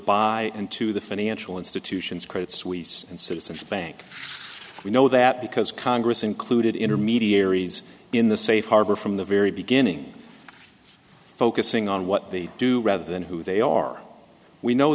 and to the financial institutions credit suisse and citizens bank we know that because congress included intermediaries in the safe harbor from the very beginning focusing on what they do rather than who they are we know